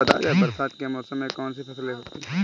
बरसात के मौसम में कौन कौन सी फसलें होती हैं?